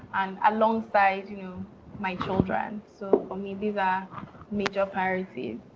alongside you know my children. so for me these are major priorities.